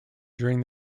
during